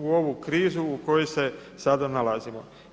u ovu krizu u kojoj se sada nalazimo.